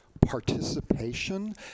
participation